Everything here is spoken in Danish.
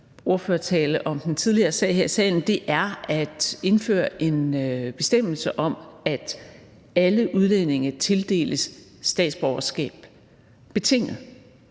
ordførertale til den tidligere sag her i salen, er at indføre en bestemmelse om, at alle udlændinge tildeles statsborgerskab betinget,